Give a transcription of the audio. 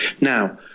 Now